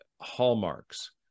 hallmarks